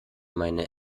meine